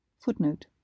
Footnote